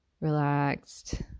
relaxed